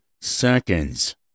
seconds